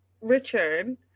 Richard